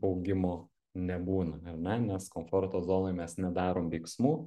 augimo nebūna ar ne nes komforto zonoj mes nedarom veiksmų